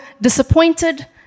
disappointed